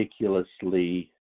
ridiculously